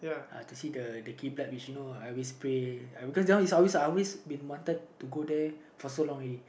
uh to see the the which you know I always pray cause that one I always always been wanted to go there for so long already